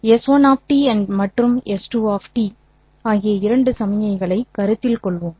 s1 மற்றும் s2 ஆகிய இரண்டு சமிக்ஞைகளைக் கருத்தில் கொள்வோம்